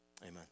amen